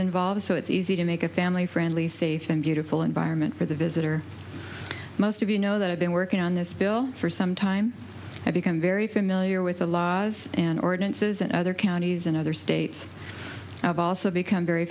involved so it's easy to make a family friendly safe and beautiful environment for the visitor most of you know that i've been working on this bill for some time i become very familiar with the laws and ordinances in other counties and other states have also become very